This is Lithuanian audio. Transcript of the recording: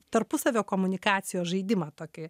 tarpusavio komunikacijos žaidimą tokį